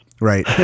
Right